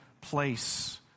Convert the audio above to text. place